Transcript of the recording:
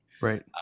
Right